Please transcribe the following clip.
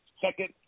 second